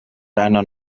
deiner